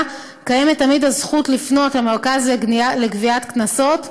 קיימת תמיד הזכות לפנות למרכז לגביית קנסות,